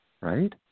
Right